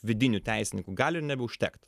vidinių teisininkų gali ir nebeužtekt